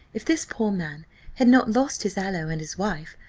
if this poor man had not lost his aloe and his wife,